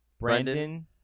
Brandon